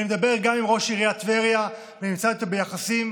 אני מדבר גם עם ראש עיריית טבריה ונמצא איתו ביחסים